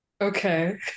Okay